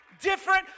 different